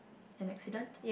an accident